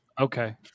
Okay